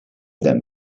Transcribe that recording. them